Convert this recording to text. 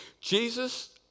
Jesus